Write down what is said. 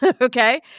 okay